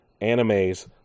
animes